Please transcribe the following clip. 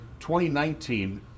2019